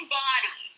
body